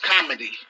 comedy